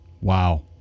Wow